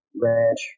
ranch